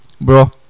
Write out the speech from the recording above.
bro